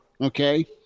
okay